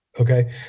Okay